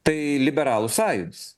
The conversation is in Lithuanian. tai liberalų sąjūdis